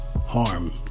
harm